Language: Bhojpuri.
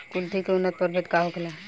कुलथी के उन्नत प्रभेद का होखेला?